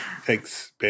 Thanks